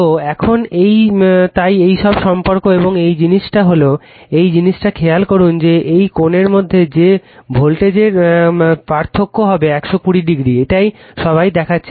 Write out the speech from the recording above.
তো এখন তাই এই সব সম্পর্ক এবং একটা জিনিস হল Refer Time 0100 এই জিনিসটা খেয়াল করুন যে এই কোণের মধ্যে যে ভোল্টেজের কল হবে তার পার্থক্য হবে 120o এইটা সবাই দেখেছেন